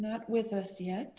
not with us yet